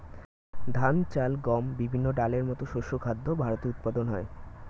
ধান, চাল, গম, বিভিন্ন ডালের মতো শস্য খাদ্য ভারতে উৎপাদন হয়